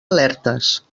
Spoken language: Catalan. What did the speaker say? alertes